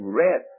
red